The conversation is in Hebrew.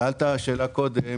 שאלת שאלה קודם,